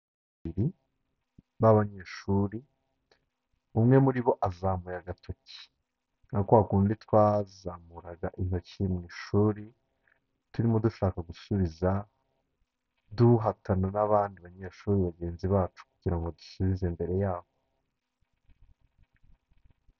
Babiri b'abanyeshuri, umwe muri bo azamuye agatoki nka kwa kundi twazamuraga intoki mu ishuri turimo dushaka gusubiza duhatana n'abandi banyeshuri bagenzi bacu, kugira ngo dusubize imbere y'abo.